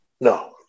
no